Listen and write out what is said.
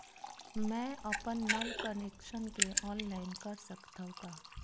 मैं अपन नल कनेक्शन के ऑनलाइन कर सकथव का?